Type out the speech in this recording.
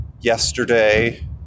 yesterday